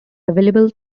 available